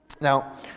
Now